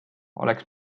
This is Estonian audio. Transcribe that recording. oleks